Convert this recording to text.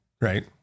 right